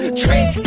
trick